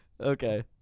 Okay